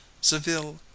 seville